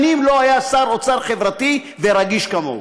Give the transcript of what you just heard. שנים לא היה שר אוצר חברתי ורגיש כמוהו,